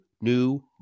new